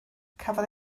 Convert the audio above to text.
cafodd